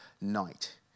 night